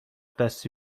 دستی